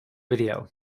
video